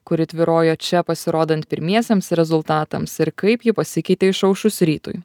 kuri tvyrojo čia pasirodant pirmiesiems rezultatams ir kaip ji pasikeitė išaušus rytui